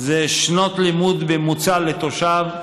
שנות לימוד בממוצע לתושב,